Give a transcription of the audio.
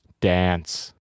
dance